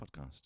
Podcast